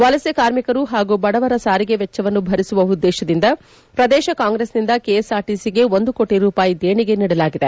ವಲಸೆ ಕಾರ್ಮಿಕರು ಹಾಗೂ ಬಡವರ ಸಾರಿಗೆ ವೆಚ್ಚವನ್ನು ಭರಿಸುವ ಉದ್ದೇಶದಿಂದ ಪ್ರದೇಶ ಕಾಂಗ್ರೆಸ್ನಿಂದ ಕೆಎಸ್ಆರ್ಟಿಸಿಗೆ ಒಂದು ಕೋಟಿ ರೂಪಾಯಿ ದೇಣಿಗೆ ನೀಡಲಾಗಿದೆ